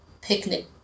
picnic